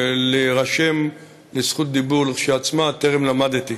ולהירשם לזכות דיבור כשלעצמה טרם למדתי.